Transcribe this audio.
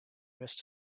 missed